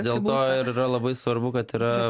dėl to ir yra labai svarbu kad yra